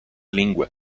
lingue